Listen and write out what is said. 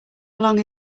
along